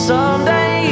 Someday